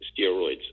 steroids